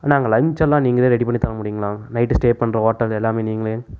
அண்ணா அங்கே லஞ்ச் எல்லாம் நீங்களே ரெடி பண்ணி தர முடியுங்களா நைட்டு ஸ்டே பண்ணுற ஹோட்டல் எல்லாமே நீங்களே